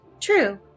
True